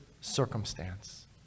circumstance